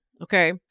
Okay